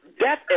death